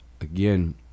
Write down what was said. again